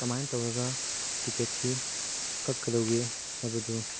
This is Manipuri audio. ꯀꯃꯥꯏꯅ ꯇꯧꯔꯒ ꯇꯤꯛꯀꯦꯠꯁꯤ ꯀꯛꯀꯗꯧꯒꯦ ꯍꯥꯏꯕꯗꯨ